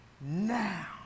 now